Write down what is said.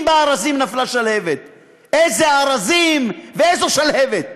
בארזים נפלה שלהבת" איזה ארזים ואיזו שלהבת?